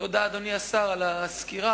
תודה, אדוני השר, על הסקירה.